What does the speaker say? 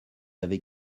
avez